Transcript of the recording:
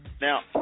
Now